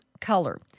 color